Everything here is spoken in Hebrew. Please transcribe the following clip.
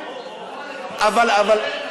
להוזיל,